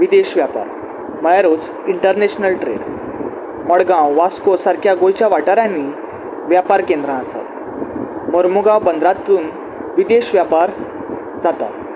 विदेश वेपार म्हणल्यारूच international trade Madgaon Vasco सारक्या गोंयच्या वाठारांनी वेपार केंद्रां आसात मर्मुगांव पंदरातून विदेश वेपार जाता